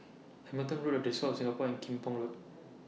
Hamilton Road The Diocese of Singapore and Kim Pong Road